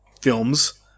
films